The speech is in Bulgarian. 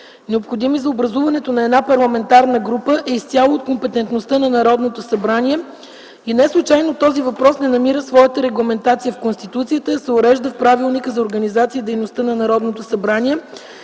необходими за образуването на една парламентарна група, е изцяло от компетентността на Народното събрание и неслучайно този въпрос не намира своята регламентация в Конституцията, а се урежда с Правилника за организацията и дейността на Народното събрание, който